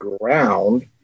ground